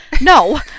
No